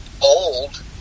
old